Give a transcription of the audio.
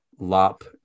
Lop